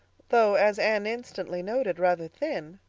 though, as anne instantly noted, rather thin.